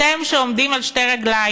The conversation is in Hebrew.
אתם שעומדים על שתי רגליים,